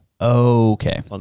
Okay